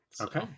Okay